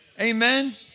Amen